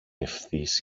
ευθύς